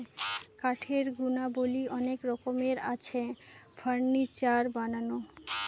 কাঠের গুণাবলী অনেক রকমের আছে, ফার্নিচার বানানো